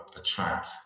attract